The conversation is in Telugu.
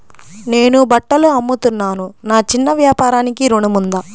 నేను బట్టలు అమ్ముతున్నాను, నా చిన్న వ్యాపారానికి ఋణం ఉందా?